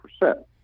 percent